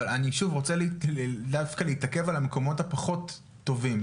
אבל אני שוב רוצה להתעכב דווקא על המקומות הפחות טובים.